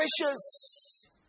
precious